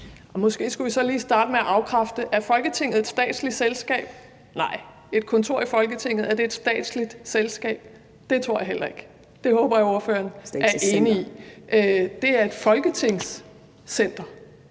Måske skulle vi så lige starte med at afkræfte noget: Er Folketinget et statsligt selskab? Nej. Er et kontor i Folketinget et statsligt selskab? Det tror jeg heller ikke. Det håber jeg ordføreren er enig i. (Mai Mercado